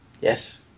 Yes